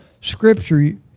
scripture